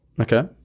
Okay